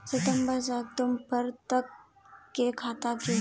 सितम्बर से अक्टूबर तक के खाता?